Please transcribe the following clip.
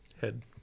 Head